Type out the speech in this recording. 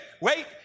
wait